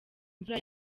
imvura